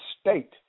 State